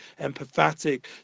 empathetic